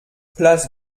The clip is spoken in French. place